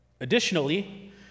Additionally